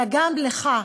אלא גם לך,